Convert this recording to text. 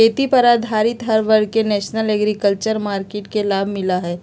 खेती पर आधारित हर वर्ग के नेशनल एग्रीकल्चर मार्किट के लाभ मिला हई